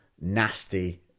nasty